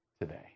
today